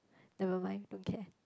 never mind don't care